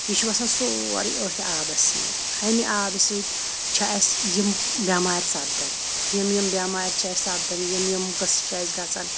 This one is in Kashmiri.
یہِ چھُ وَسان سورٕے أتھۍ آبَس مَنٛز امہِ آبہٕ سۭتۍ چھِ اَسہِ یِم بیٚمارِ سَپدان یِم یِم بیٚمارِ چھِ اَسہِ سَپدان یِم یِم قٕصہٕ چھِ اَسہِ گَژھان